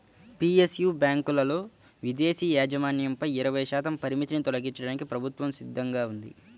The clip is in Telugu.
పి.ఎస్.యు బ్యాంకులలో విదేశీ యాజమాన్యంపై ఇరవై శాతం పరిమితిని తొలగించడానికి ప్రభుత్వం సిద్ధంగా ఉంది